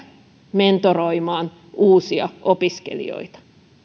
mentoroimaan uusia opiskelijoita